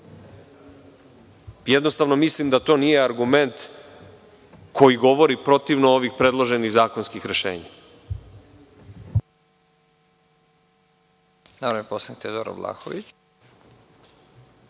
Jednostavno mislim da to nije argument koji govori protivno ovim predloženim zakonskim rešenjima.